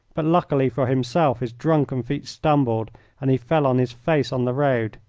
but luckily for himself his drunken feet stumbled and he fell on his face on the road.